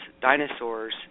dinosaurs